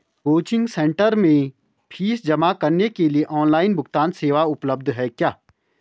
Coaching centre में fees जमा करने के लिए ऑनलाइन भुगतान सेवा उपलब्ध है क्या?